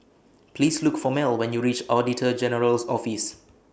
Please Look For Mel when YOU REACH Auditor General's Office